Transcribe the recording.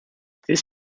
this